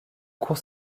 court